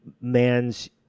man's